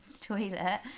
toilet